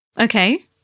Okay